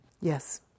yes